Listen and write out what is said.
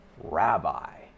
rabbi